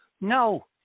no